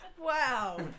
Wow